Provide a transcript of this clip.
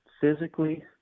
physically